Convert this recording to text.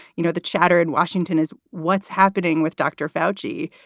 you know, the chatter in washington is what's happening with dr. foushee.